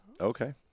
Okay